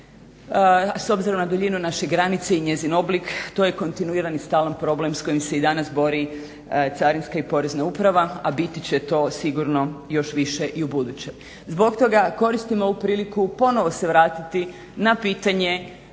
s obzirom na duljinu naše granice i njezin oblik to je kontinuiran i stalan problem s kojim se i danas bori carinska i porezna uprava, a biti će to sigurno još više i ubuduće. Zbog toga koristim ovu priliku ponovo se vratiti na pitanje